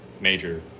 major